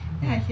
mm